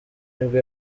nibwo